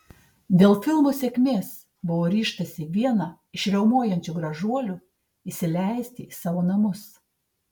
dėl filmo sėkmės buvo ryžtasi vieną iš riaumojančių gražuolių įsileisti į savo namus